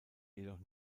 jedoch